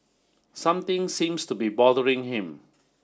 something seems to be bothering him